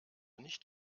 nicht